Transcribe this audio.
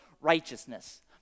righteousness